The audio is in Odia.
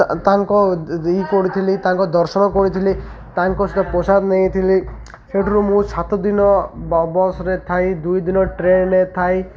ତାଙ୍କ ଦେଇ କରଥିଲି ତାଙ୍କ ଦର୍ଶନ କରିଥିଲି ତାଙ୍କ ସହିତ ପ୍ରସାଦ ନେଇଥିଲି ସେଠାରୁ ମୁଁ ସାତ ଦିନ ବସ୍ରେ ଥାଇ ଦୁଇ ଦିନ ଟ୍ରେନ୍ରେ ଥାଇ